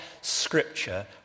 Scripture